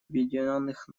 объединенных